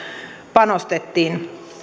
panostettiin